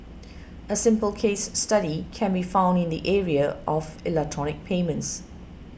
a simple case study can be found in the area of electronic payments